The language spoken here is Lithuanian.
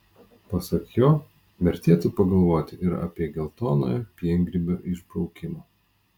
pasak jo vertėtų pagalvoti ir apie geltonojo piengrybio išbraukimą